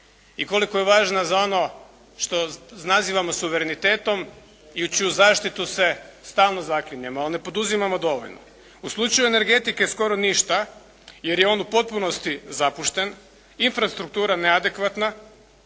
i koliko je važna za ono što nazivamo suverenitetom i u čiju zaštitu se stalno zaklinjemo, ali ne poduzimamo dovoljno. U slučaju energetike skoro ništa, jer je on u potpunosti zapušten, infrastruktura neadekvatna,